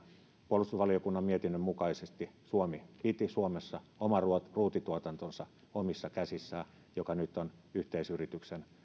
puolustusvaliokunnan mietinnön mukaisesti suomi piti suomessa oman ruutituotantonsa omissa käsissään joka nyt on yhteisyritys nammon toimintaa